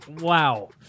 Wow